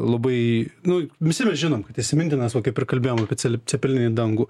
labai nu visi mes žinom kad įsimintinas vo kaip ir kalbėjom apie cepe cepelininį dangų